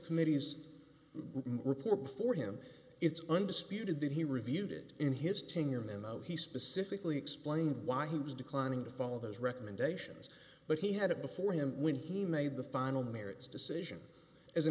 committee's report for him it's undisputed that he reviewed it in his tenure and though he specifically explained why he was declining to follow those recommendations but he had it before him when he made the final merits decision as an